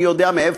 מי יודע מאיפה.